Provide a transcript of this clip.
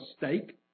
mistake